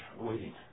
waiting